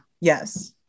Yes